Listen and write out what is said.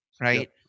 right